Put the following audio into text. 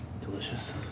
Delicious